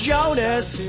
Jonas